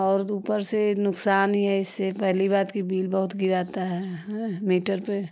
और ऊपर से नुक़सान ही है इससे पहली बात बिल बहुत गिराता है हाँ मीटर पर